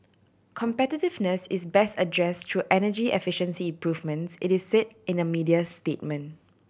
competitiveness is best address through energy efficiency improvements it is say in a media statement